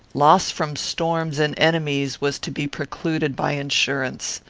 loss from storms and enemies was to be precluded by insurance.